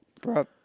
Bro